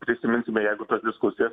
prisiminsime jeigu tos diskusijos